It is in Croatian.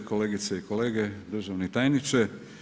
Kolegice i kolege, državni tajniče.